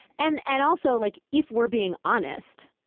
and and also like if we're being honest,